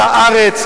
מלח הארץ,